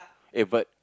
eh but